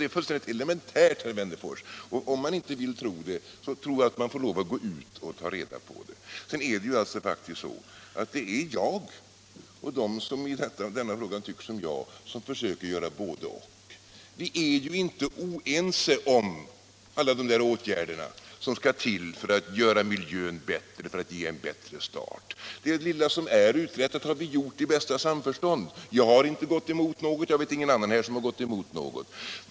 Det är fullständigt elementärt, herr Wennerfors. Om herr Wennerfors inte vill tro det, så får han lov att gå ut och ta reda på det. Sedan är det ju faktiskt så att det är jag, och de som i denna fråga tycker som jag, som försöker göra ett både-och. Vi är inte oense om alla de åtgärder som skall till för att göra miljön bättre för att ge barn en bättre start. Det lilla som är uträttat har vi gjort i bästa samförstånd. Jag har inte gått emot något. Och jag vet ingen annan som gått emot något.